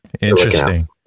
interesting